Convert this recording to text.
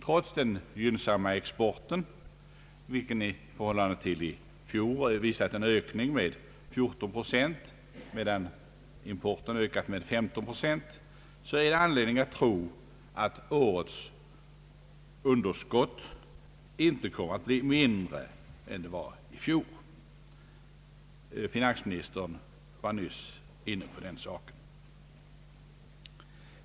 Trots den gynnsamma exporten, vilken i förhållande till i fjor visat en ökning med 14 procent, medan importen ökat med 15 procent, finns det anledning att tro att årets underskott inte kommer att bli mindre än underskottet var i fjor. Finansministern var nyss inne på dessa frågor.